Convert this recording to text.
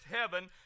heaven